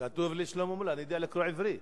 לי שלמה מולה, אני יודע לקרוא עברית.